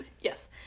yes